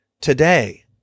today